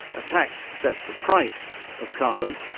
a tax sets the price of carbon,